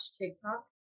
TikTok